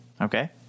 Okay